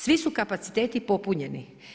Svi su kapaciteti popunjeni.